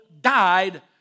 died